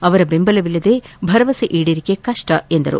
ಅವರ ಬೆಂಬಲವಿಲ್ಲದೆ ಭರವಸೆ ಈಡೇರಿಕೆ ಕಪ್ಪ ಎಂದರು